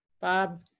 Bob